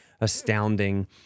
astounding